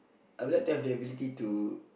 I would like to have the ability to